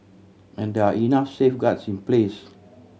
and there are enough safeguards in place